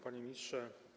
Panie Ministrze!